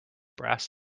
brass